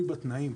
בתנאים.